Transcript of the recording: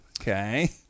Okay